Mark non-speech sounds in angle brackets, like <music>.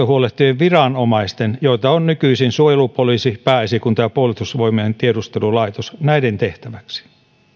<unintelligible> huolehtivien viranomaisten joita ovat nykyisin suojelupoliisi pääesikunta ja puolustusvoimien tiedustelulaitos tehtäväksi